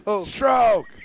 Stroke